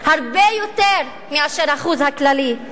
הרבה יותר מהאחוז הכללי.